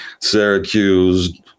Syracuse